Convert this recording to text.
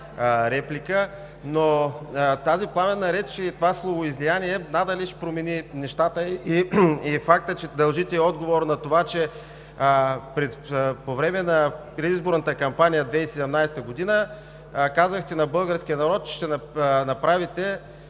но тази пламенна реч и това словоизлияние надали ще промени нещата и факта, че дължите отговор на това, че по време на предизборната кампания 2017 г. казахте на българския народ, че ще направите